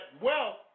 wealth